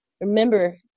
remember